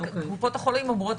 רק קופות החולים אומרות,